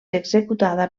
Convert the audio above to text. executada